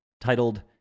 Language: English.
titled